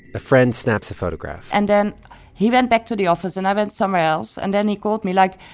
a friend snaps a photograph and then he went back to the office, and i went somewhere else. and then he called me, like,